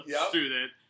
student